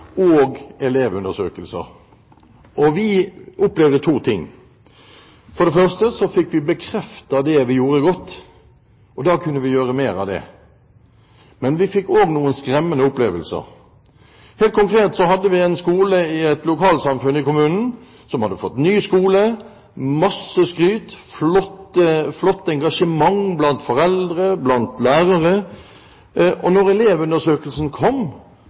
Vi opplevde to ting. For det første fikk vi bekreftet det vi gjorde godt, og da kunne vi gjøre mer av det. Men vi fikk også noen skremmende opplevelser. Helt konkret, så hadde vi et lokalsamfunn i kommunen som hadde fått ny skole – masse skryt og flott engasjement blant foreldre og blant lærere. Men da elevundersøkelsen kom,